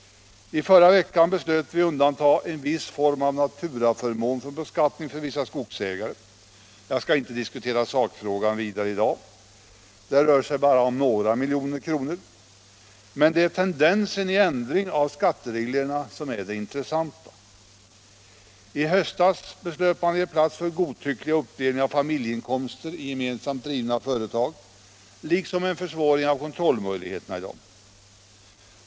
I förra veckan beslöt vi att undanta en viss form av naturaförmån för vissa skogsägare från beskattning. Jag skall i dag inte vidare diskutera sakfrågan. Det rör sig här bara om några miljoner kronor. Men det är tendensen till ändringar av skattereglerna som är det intressanta. i; I höstas beslöt man att ge plats för godtyckliga uppdelningar av familjeinkomster i gemensamt drivna företag liksom för en försvåring av kontrollmöjligheterna.